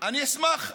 אני אשמח.